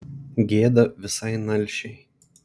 gėda visai nalšiai